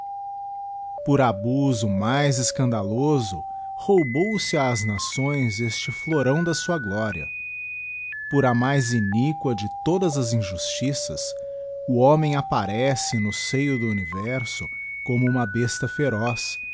por abuso mais escandaloso roubou se ás nações este florão da sua gloria por a mais iniqua de todas as injustiças o homem apparece no seio do universo como uma besta feroz